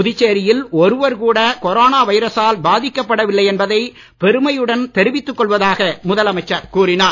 புதுச்சேரியில் ஒருவர் கூட கொரோனா வைரசால் பாதிக்கப்படவில்லை என்பதை பெருமையுடன் தெரிவித்துக் கொள்வதாக முதலமைச்சர் கூறினார்